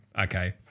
okay